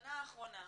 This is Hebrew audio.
בשנה האחרונה,